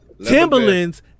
Timberlands